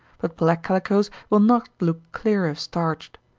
but black calicoes will not look clear if starched.